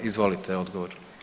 Izvolite odgovor.